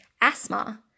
asthma